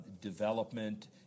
development